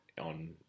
on